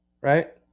right